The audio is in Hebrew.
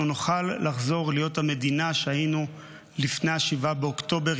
נוכל לחזור להיות המדינה שהיינו לפני 7 באוקטובר,